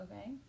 Okay